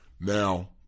Now